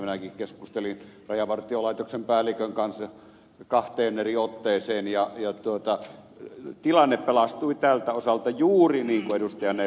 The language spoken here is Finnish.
minäkin keskustelin rajavartiolaitoksen päällikön kanssa kahteen eri otteeseen ja tilanne pelastui tältä osalta juuri niin kuin ed